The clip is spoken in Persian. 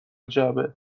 جعبه